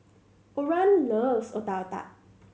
Oran loves Otak Otak